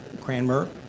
Cranmer